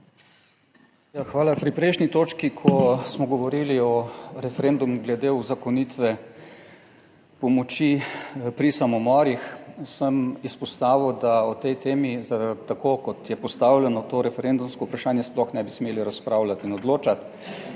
hvala. Pri prejšnji točki, ko smo govorili o referendumu glede uzakonitve pomoči pri samomorih, sem izpostavil, da o tej temi, tako kot je postavljeno to referendumsko vprašanje, sploh ne bi smeli razpravljati in odločati,